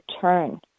turn